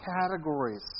categories